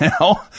now